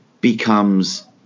becomes